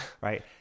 right